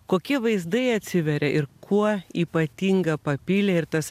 kokie vaizdai atsiveria ir kuo ypatinga papylė ir tas